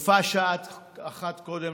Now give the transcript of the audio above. לטפל, ויפה שעה אחת קודם.